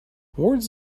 words